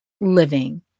living